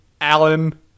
Alan